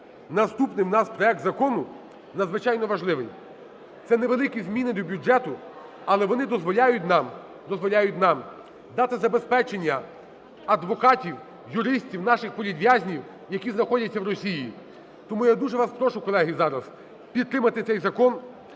Наступний в нас проект закону надзвичайно важливий, це невеликі зміни до бюджету, але вони дозволяють нам... дозволяють нам дати забезпечення адвокатів, юристів наших політв'язнів, які знаходяться в Росії. Тому я дуже вас прошу, колеги, зараз підтримати цей закон,